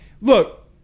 Look